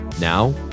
now